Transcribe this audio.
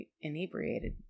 inebriated